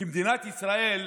כי במדינת ישראל,